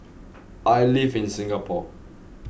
I live in Singapore